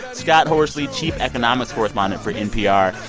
scott horsley, chief economics correspondent for npr.